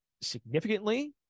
significantly